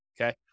okay